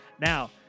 Now